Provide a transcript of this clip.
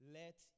let